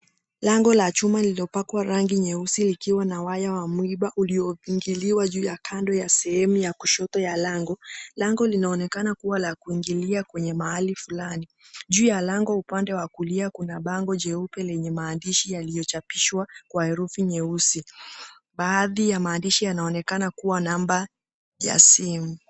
Lango la chuma lililopakwa rangi nyeusi likiwa na waya wa mwiba uliopigiliwa juu ya kando ya sehemu ya kushoto ya lango. Lango linaonekana kuwa la kuingililia mahali Fulani. Juu ya lango upande wa kulia kuna bango jeupe lenye maandishi yaliyochapishwa Kwa herufi nyeusi, baadhi ya maandishi yanaonekana kuwa namba ya simu.